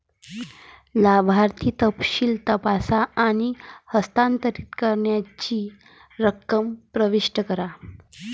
लाभार्थी तपशील तपासा आणि हस्तांतरित करावयाची रक्कम प्रविष्ट करा